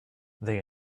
they